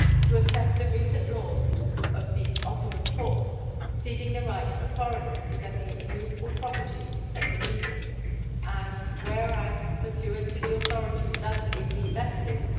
to accept the recent law of the ottoman porte ceding the right of foreigners possessing immovable property in said dominions and whereas, pursuant to the authority thus in me vested,